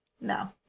no